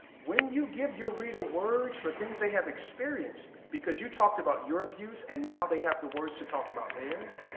when you give your reader words for things they have experienced, because you talked about your abuse and now they have the words to talk about theirs,